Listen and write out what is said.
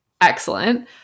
excellent